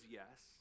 yes